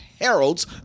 heralds